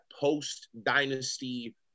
post-dynasty